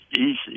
easy